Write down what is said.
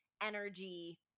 energy